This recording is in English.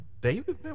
David